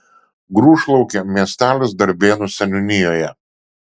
grūšlaukė miestelis darbėnų seniūnijoje